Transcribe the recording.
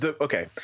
Okay